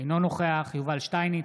אינו נוכח יובל שטייניץ,